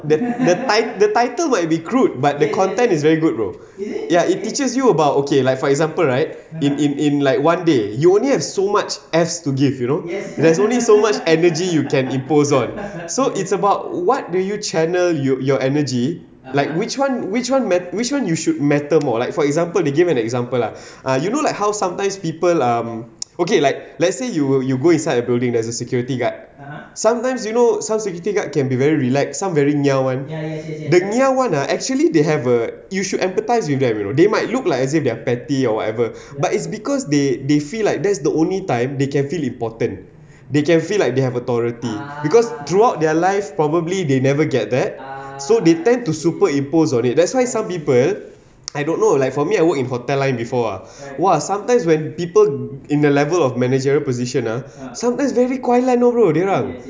the ti~ the title might be crude but the content is very good bro ya it teaches you about okay like for example right in in in like one day you only have so much F's to give you know there's only so much energy you can impose on so it's about what do you channel you your energy like which one which one ma~ which one you should matter more like for example they give an example lah uh you know like how sometimes people um okay like let's say you you you go inside a building there's a security guard sometimes you know some security guard can be very relax some very nya one the nya one ah actually they have a you should empathise with them you know they might look like as if their petty or whatever but it's because they they feel like that's the only time they can feel important they can feel like they have authority because throughout their life probably they never get that so they tend to super imposed on it that's why some people I don't know like for me I work in hotel line before ah !wah! sometimes when people in the level of managerial position ah are sometimes very guai lan you know bro dia orang